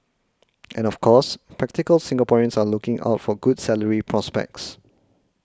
and of course practical Singaporeans are looking out for good salary prospects